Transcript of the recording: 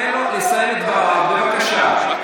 תן לו לסיים את דבריו, בבקשה.